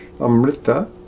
amrita